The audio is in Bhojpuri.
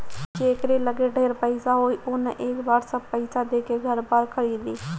जेकरा लगे ढेर पईसा होई उ न एके बेर सब पईसा देके घर बार खरीदी